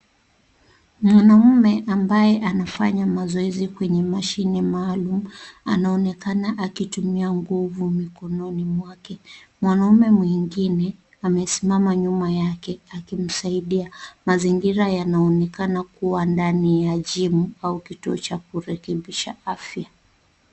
Mwanamume ambaye anafanya mazoezi kwenye mashine maalum, anaonekana akitumia nguvu mikononi mwake. Mwanamume mwingine amesimama nyuma yake akimsaidia. Mazingira yanaonekana kuwa ndani ya gym au kituo cha kurekebisha afya.